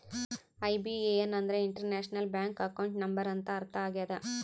IBAN ಅಂದ್ರೆ international bank account number ಅಂತ ಅರ್ಥ ಆಗ್ಯದ